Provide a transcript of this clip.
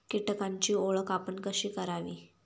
कीटकांची ओळख आपण कशी करावी?